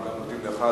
אנחנו גם מודים לך,